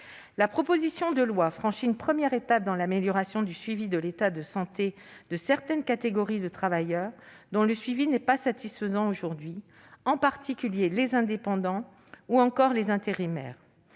La proposition de loi franchit une première étape dans l'amélioration du suivi de l'état de santé de certaines catégories de travailleurs, suivi aujourd'hui insatisfaisant. Sont concernés, en particulier, les indépendants ou encore les intérimaires.